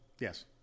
Yes